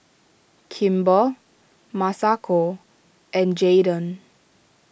Kimber Masako and Jaeden